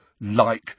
Like